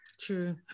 True